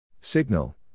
Signal